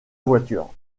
voiture